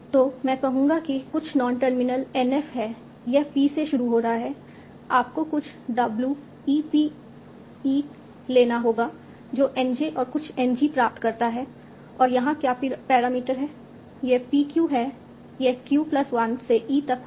तो मैं कहूंगा कि कुछ नॉन टर्मिनल N f है यह P से शुरू हो रहा है आपको कुछ W e P e लेना होगा जो N j और कुछ N g प्राप्त करता है और यहां क्या पैरामीटर है यह p q है यह q प्लस 1 से e तक होगा